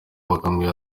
bakambwira